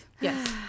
Yes